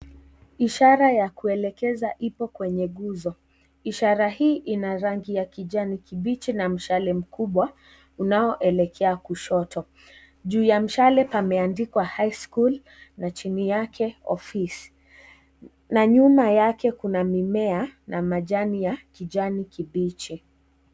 Ishara ya kuelekeza ipo kwenye nguzo, ishara hii ina rangi ya kijani kibichi na mshale mkubwa unaoelekea kushoto. Juu ya mshale pameandikwa High School na chini yake office , na nyuma yake kuna mimea na majani ya kijani kibichi.